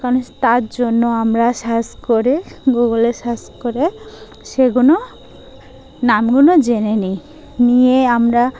কারণ তার জন্য আমরা সার্চ করে গুগলে সার্চ করে সেগুলো নামগুলো জেনে নিই নিয়ে আমরা